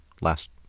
last